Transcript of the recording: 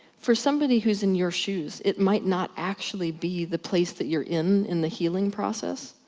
for somebody who's in your shoes, it might not actually be the place that you're in, in the healing process.